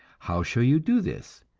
how shall you do this,